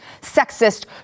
sexist